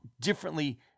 differently